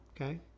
Okay